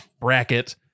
Bracket